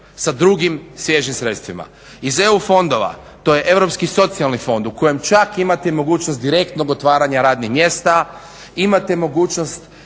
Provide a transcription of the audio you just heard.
sa drugim svježim sredstvima. Iz EU fondova, to je Europski socijalni fond u kojem čak imate i mogućnost direktnog otvaranja radnih mjesta, imate mogućnost